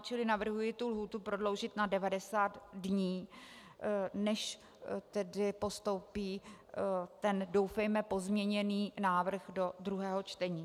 Čili navrhuji lhůtu prodloužit na 90 dní, než postoupí ten, doufejme, pozměněný návrh do druhého čtení.